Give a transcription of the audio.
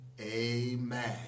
amen